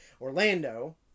Orlando